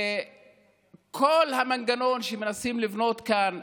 כל המנגנון שמנסים לבנות כאן,